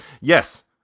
yes